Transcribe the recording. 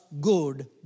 good